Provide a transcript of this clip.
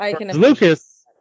Lucas